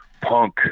punk